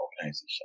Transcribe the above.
organization